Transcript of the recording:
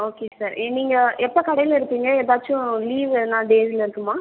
okay sir நீங்கள் எப்போ கடையில் இருப்பீங்க ஏதாச்சும் லீவ் எதனா டேஸில் இருக்குமா